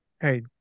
Hey